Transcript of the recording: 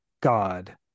god